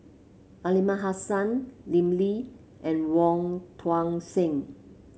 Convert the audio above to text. Aliman Hassan Lim Lee and Wong Tuang Seng